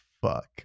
fuck